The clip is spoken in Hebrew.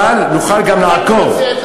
אבל נוכל גם לעקוב,